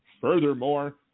Furthermore